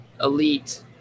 Elite